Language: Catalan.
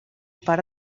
part